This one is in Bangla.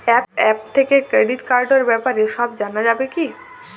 অ্যাপ থেকে ক্রেডিট কার্ডর ব্যাপারে সব জানা যাবে কি?